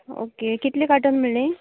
okay कितलें carton म्हणलें